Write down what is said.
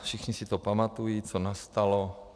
Všichni si pamatují, co nastalo.